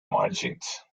margins